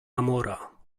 amora